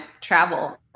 travel